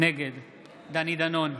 נגד דני דנון,